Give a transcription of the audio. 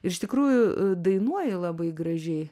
ir iš tikrųjų dainuoji labai gražiai